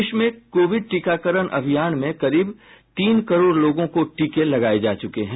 देश में कोविड टीकाकरण अभियान में करीब तीन करोड़ लोगों को टीके लगाए जा चुके हैं